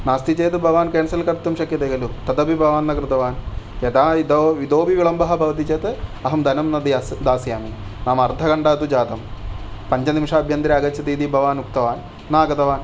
नास्ति चेत् भवान् केन्सल् कर्तुं शक्यते खलु तत् अपि भवान् न कृतवान् यदा इतो इतोपि विलम्बः भवति चेत् अहं धनं न दा दास्यामि नाम अर्धघण्टा तु जातम् पञ्च निमिषाभ्यन्तरे आगच्छति इति भवान् उक्तवान् न आगतवान्